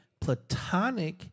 platonic